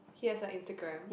he has a Instagram